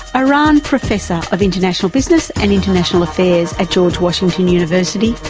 iran professor of international business and international affairs at george washington university,